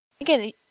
Again